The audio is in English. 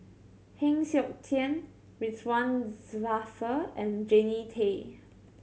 Heng Siok Tian Ridzwan Dzafir and Jannie Tay